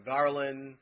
Garland